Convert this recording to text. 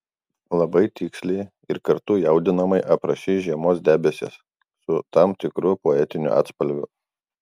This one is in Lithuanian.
labai tiksliai ir kartu jaudinamai aprašei žiemos debesis su tam tikru poetiniu atspalviu